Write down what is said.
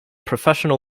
professional